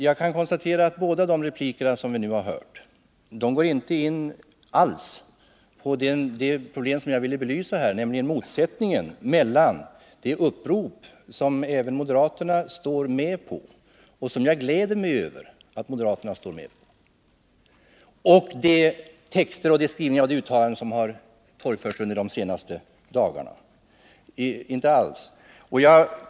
Jag konstaterar att de båda senaste replikerna inte alls berör det problem som jag här ville belysa, nämligen motsättningen mellan det upprop som även moderaterna skrivit under — jag gläder mig över att moderaterna gjort det— och de texter, skrivningar och uttalanden som moderaterna har torgfört under de senaste dagarna.